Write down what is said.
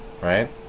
right